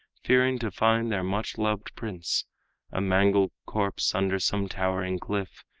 fearing to find their much loved prince a mangled corpse under some towering cliff,